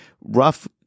rough